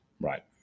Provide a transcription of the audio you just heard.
right